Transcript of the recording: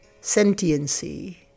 sentiency